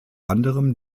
anderem